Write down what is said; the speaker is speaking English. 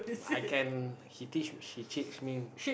I can he teach she teach me